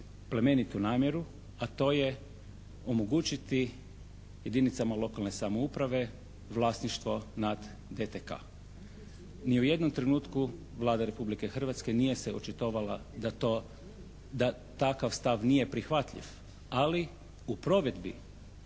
plemenitu namjeru, a to je omogućiti jedinicama lokalne samouprave vlasništvo nad DTK. Ni u jednom trenutku Vlada Republike Hrvatske nije se očitovala da to, da takav stav nije prihvatljiv ali u provedbi